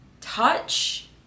touch